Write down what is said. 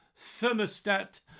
thermostat